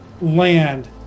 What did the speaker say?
land